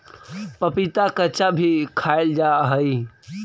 पपीता कच्चा भी खाईल जा हाई हई